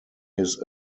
his